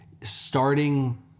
starting